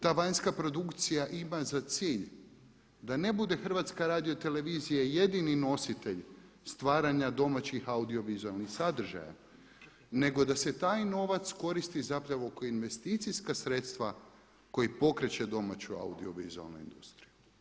Ta vanjska produkcija ima za cilj da ne bude HRT jedini nositelj stvaranja domaćih audiovizualnih sadržaja, nego da se taj novac koristi zapravo kao investicijska sredstva koja pokreće domaću audiovizualnu industriju.